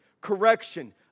correction